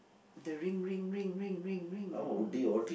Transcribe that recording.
the ring ring ring ring ring ring